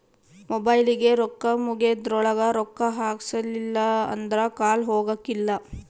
ಮೊಬೈಲಿಗೆ ರೊಕ್ಕ ಮುಗೆದ್ರೊಳಗ ರೊಕ್ಕ ಹಾಕ್ಸಿಲ್ಲಿಲ್ಲ ಅಂದ್ರ ಕಾಲ್ ಹೊಗಕಿಲ್ಲ